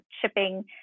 shipping